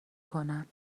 کنن